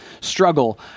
struggle